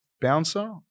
Bouncer